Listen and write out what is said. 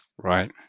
Right